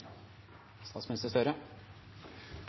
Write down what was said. statsminister,